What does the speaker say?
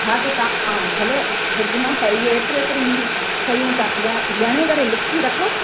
हा त तव्हां भले फ्रिज मां क इहे एतिरियूं एतिरियूं मुंहिंजूं शयूं तव्हां ॻ ॻणे करे लिखी रखो